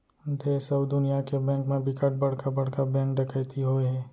देस अउ दुनिया के बेंक म बिकट बड़का बड़का बेंक डकैती होए हे